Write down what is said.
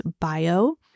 bio